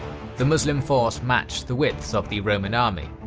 the muslim force matched the widths of the roman army,